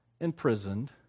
imprisoned